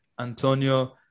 Antonio